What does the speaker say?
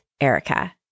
Erica